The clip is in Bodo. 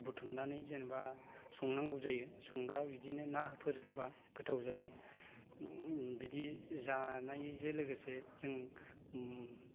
बुथुमनानै जेनेबा संनांगौ जायो संबा बिदिनो नाफोर होबा गोथाव जायो बिदि जानायजों लोगोसे जों